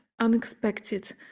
unexpected